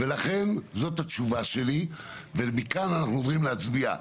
ולכן זאת התשובה שלי ומכאן אנחנו עוברים להצביע.